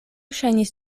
ŝajnis